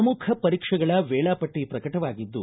ಪ್ರಮುಖ ಪರೀಕ್ಷೆಗಳ ವೇಳಾಪಟ್ಟ ಪ್ರಕಟವಾಗಿದ್ದು